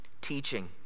teaching